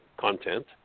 content